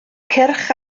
cyrch